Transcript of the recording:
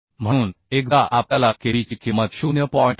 म्हणून एकदा आपल्याला KB ची किंमत 0